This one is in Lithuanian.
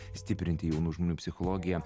stiprinti jaunų žmonių psichologiją